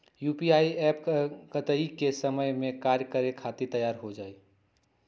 UPI app कतेइक समय मे कार्य करे खातीर तैयार हो जाई?